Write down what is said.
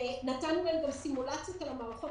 נתנו להם גם סימולציות על המערכות